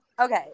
okay